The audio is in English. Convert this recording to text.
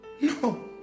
No